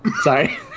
Sorry